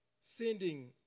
Sending